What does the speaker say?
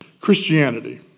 Christianity